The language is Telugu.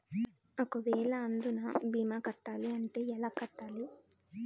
ఒక వేల అందునా భీమా కట్టాలి అంటే ఎలా కట్టాలి?